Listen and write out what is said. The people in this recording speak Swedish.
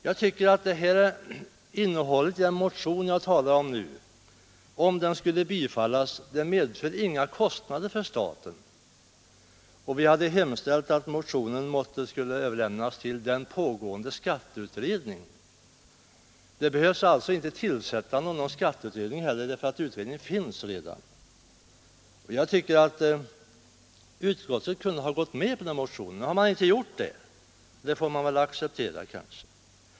Jag anser att den motion jag talar för, om den skulle bifallas, inte medför några kostnader för staten, och vi hade hemställt att motionen skulle överlämnas till den pågående skatteutredningen. Det behöver alltså inte tillsättas någon skatteutredning heller, därför att utredningen redan finns. Jag tycker att utskottsmajoriteten kunde ha bifallit yrkandena i vår motion. Nu har utskottsmajoriteten inte gjort det, och det får man kanske acceptera.